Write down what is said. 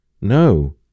No